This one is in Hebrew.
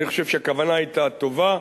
אני חושב שהכוונה היתה טובה.